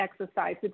exercise